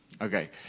Okay